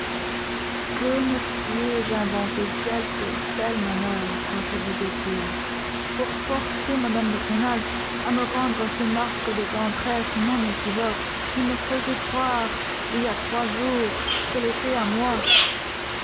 que ne puis-je inventer quelque belle manoeuvre se disait-il pour forcer mme de rênal à me rendre ces marques de tendresse non équivoques qui me faisaient croire il y a trois jours qu'elle était à moi